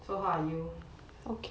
so how are you